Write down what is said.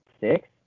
six